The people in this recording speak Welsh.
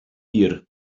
hir